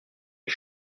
est